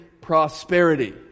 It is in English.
Prosperity